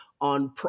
on